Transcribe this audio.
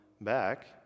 back